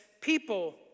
people